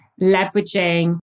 leveraging